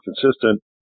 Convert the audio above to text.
consistent